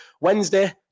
Wednesday